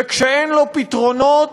וכשאין לו פתרונות,